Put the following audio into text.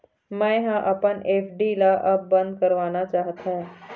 मै ह अपन एफ.डी ला अब बंद करवाना चाहथों